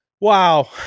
wow